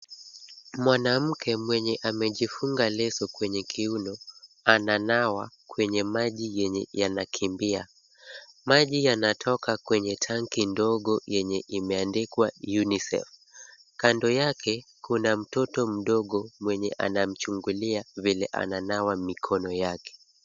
Mwanamke mwenye amejifunga leso kwenye kiuno ananawa kwenye maji yenye yanakimbia. Maji yanatoka kwenye tanki ndogo yenye imeandikwa UNICEF. Kando yake kuna mtoto mdogo mwenye anamchungulia venye ananawa mikono yake.